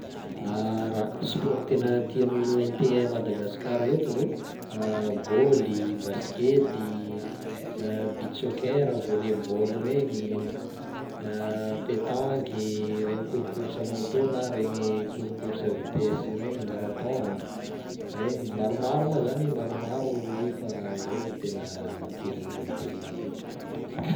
Raha sport tena tian'olo hente a Madagasikara eto zao: baoly, baskety, beach soccer, volley-ball regny, pétanque i, regny cour-course moto na regny cour-course vitesse regny, marathon, regny. Maromaro ma zany maromaro i fa zay ro tena tian'olo hentea matetika.